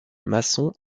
masson